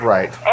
Right